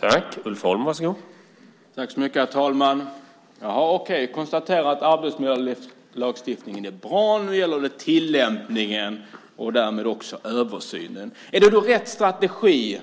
Herr talman! Jaha. Désirée Pethrus Engström konstaterar att arbetsmiljölagstiftningen är bra och att det nu gäller tillämpningen och översynen. Är det då rätt strategi